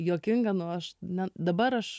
juokinga nu aš ne dabar aš